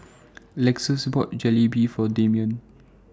Lexis bought Jalebi For Damian